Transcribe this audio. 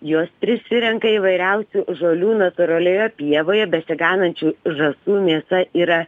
jos prisirenka įvairiausių žolių natūralioje pievoje besiganančių žąsų mėsa yra